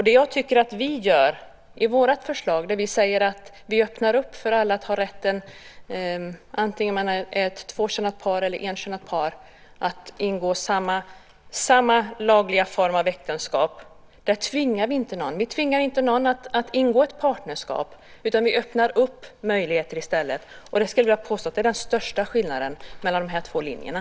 Det jag tycker att vi gör i vårt förslag är att vi öppnar för alla att ha rätten antingen det är ett enkönat par eller ett tvåkönat par att ingå samma lagliga form av äktenskap. Vi tvingar inte någon att ingå ett partnerskap. Vi öppnar i stället upp möjligheter. Jag skulle vilja påstå att det är den största skillnaden mellan de två linjerna.